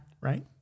Right